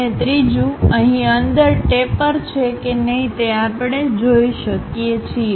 અને ત્રીજું અહીં અંદર ટેપર છે કે નહીં તે આપણે જોઈ શકીએ છીએ